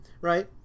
right